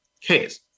case